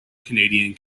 canadian